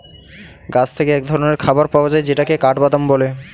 গাছ থেকে এক ধরনের খাবার পাওয়া যায় যেটাকে কাঠবাদাম বলে